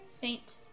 faint